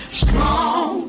strong